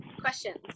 Questions